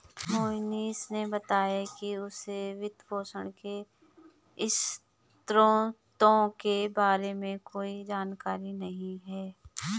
मोहनीश ने बताया कि उसे वित्तपोषण के स्रोतों के बारे में कोई जानकारी नही है